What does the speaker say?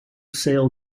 sail